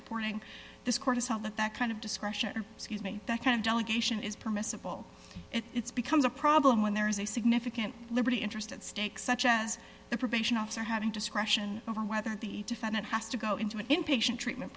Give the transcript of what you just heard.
reporting this cortisol that that kind of discretion scuse me that kind of delegation is permissible if it's becomes a problem when there is a significant liberty interest at stake such as the probation officer having discretion over whether the defendant has to go into an inpatient treatment